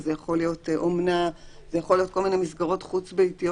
כי זה יכול להיות אומנה וכל מיני מסגרות חוץ-ביתיות